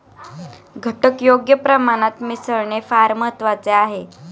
घटक योग्य प्रमाणात मिसळणे फार महत्वाचे आहे